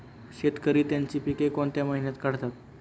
शेतकरी त्यांची पीके कोणत्या महिन्यात काढतात?